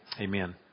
Amen